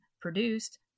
produced